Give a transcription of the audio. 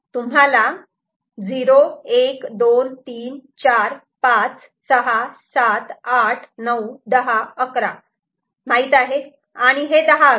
तुम्हाला 0 1 2 3 4 5 6 7 8 9 10 11 माहीत आहे आणि हे 10 11